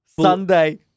Sunday